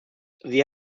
sie